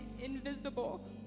invisible